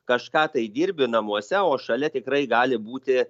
kažką tai dirbi namuose o šalia tikrai gali būti